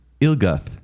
Ilguth